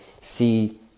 see